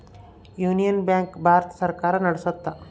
union Bank Bharat ಸರ್ಕಾರ ನಡ್ಸುತ್ತ